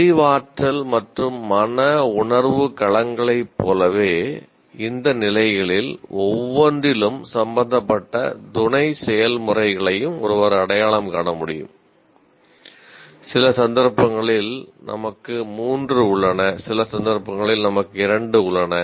அறிவாற்றல் மற்றும் மனவுணர்வு களங்களைப் போலவே இந்த நிலைகளில் ஒவ்வொன்றிலும் சம்பந்தப்பட்ட துணை செயல்முறைகளையும் ஒருவர் அடையாளம் காண முடியும் சில சந்தர்ப்பங்களில் நமக்கு மூன்று உள்ளன சில சந்தர்ப்பங்களில் நமக்கு இரண்டு உள்ளன